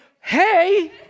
hey